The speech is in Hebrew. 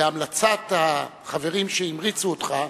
בהמלצת החברים שהמריצו אותך,